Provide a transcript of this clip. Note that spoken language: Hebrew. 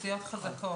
חזקות.